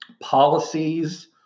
policies